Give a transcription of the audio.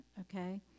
okay